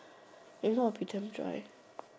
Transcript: if not will become dry